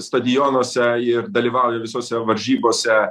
stadionuose ir dalyvauja visose varžybose